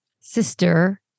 sister